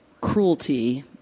cruelty